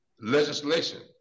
legislation